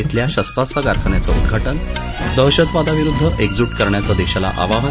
बिल्या शस्वास्व कारखान्याचं उदघा जे दहशतवादाविरुद्ध एकजू करण्याचं दगाला आवाहन